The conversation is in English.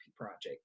project